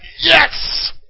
yes